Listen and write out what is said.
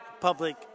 public